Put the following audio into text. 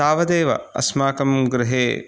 तावदेव अस्माकं गृहे